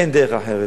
אין דרך אחרת.